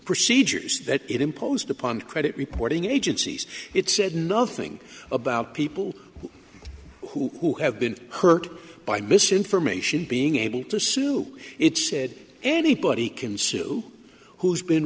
procedures that it imposed upon credit reporting agencies it said nothing about people who have been hurt by misinformation being able to sue it said anybody can sue who's been